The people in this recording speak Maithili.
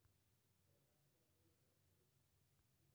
अंजीर एकटा खाद्य फल छियै, जे फूल बला पौधा पर होइ छै